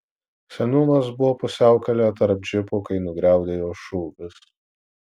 seniūnas buvo pusiaukelėje tarp džipų kai nugriaudėjo šūvis